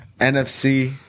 NFC